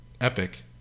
Epic